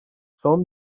son